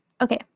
okay